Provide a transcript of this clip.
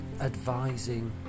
advising